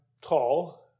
tall